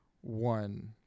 one